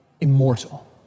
immortal